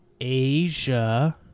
Asia